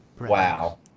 wow